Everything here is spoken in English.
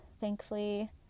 thankfully